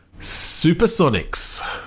Supersonics